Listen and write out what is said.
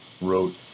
wrote